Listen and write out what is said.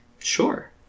sure